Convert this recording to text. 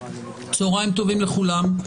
צוהריים טובים לכולם.